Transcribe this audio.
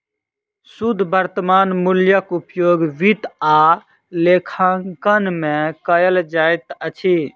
शुद्ध वर्त्तमान मूल्यक उपयोग वित्त आ लेखांकन में कयल जाइत अछि